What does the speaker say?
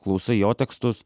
klausai jo tekstus